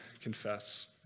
confess